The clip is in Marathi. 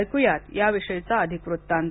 ऐकुया याविषयीचा अधिक वृत्तांत